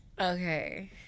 Okay